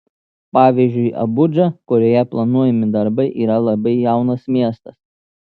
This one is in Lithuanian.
pavyzdžiui abudža kurioje planuojami darbai yra labai jaunas miestas